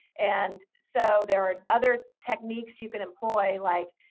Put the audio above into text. and so there are other techniques you can employ like,